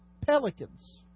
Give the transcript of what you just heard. pelicans